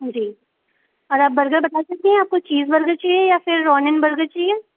जी और आप बर्गर बता सकती हैं आपको चीज़ बर्गर चाहिए या फिर ओनियन बर्गर चाहिए